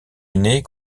aînée